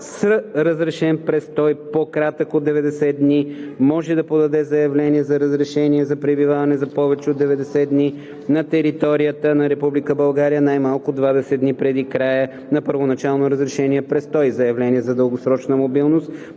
с разрешен престой, по-кратък от 90 дни, може да подаде заявление за разрешение за пребиваване за повече от 90 дни на територията на Република България най-малко 20 дни преди края на първоначално разрешения престой. Заявление за дългосрочна мобилност